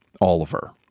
Oliver